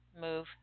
move